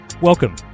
Welcome